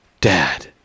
Dad